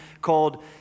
called